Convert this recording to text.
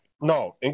No